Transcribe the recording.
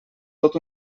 tot